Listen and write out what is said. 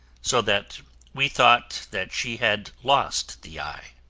so that we thought that she had lost the eye.